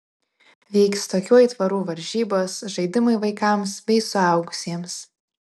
vyks tokių aitvarų varžybos žaidimai vaikams bei suaugusiems